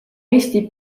eesti